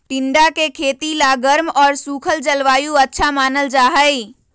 टिंडा के खेती ला गर्म और सूखल जलवायु अच्छा मानल जाहई